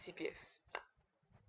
C_P_F